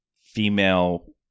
female